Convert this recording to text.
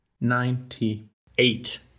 ninety-eight